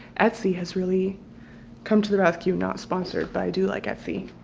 etsy has really come to the rescue. not sponsored, but i do like etsy.